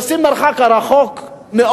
נוסעים מרחק גדול מאוד,